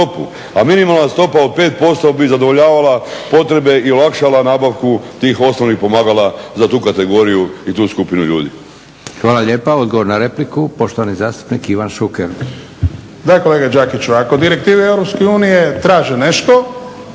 a minimalna stopa od 5% bi zadovoljavala potrebe i olakšala nabavku tih osnovnih pomagala za tu kategoriju i tu skupinu ljudi. **Leko, Josip (SDP)** Hvala lijepa. Odgovor na repliku, poštovani zastupnik Ivan Šuker. **Šuker, Ivan (HDZ)** Da kolega Đakiću, ako direktive EU traže nešto